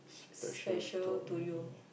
special to you